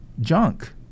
junk